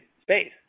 space